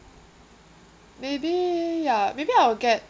maybe ya maybe I'll get